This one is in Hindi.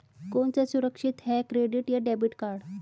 कौन सा सुरक्षित है क्रेडिट या डेबिट कार्ड?